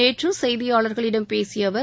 நேற்று செய்தியாளர்களிடம் பேசிய அவர்